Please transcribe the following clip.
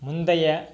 முந்தைய